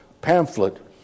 pamphlet